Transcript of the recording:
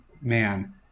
man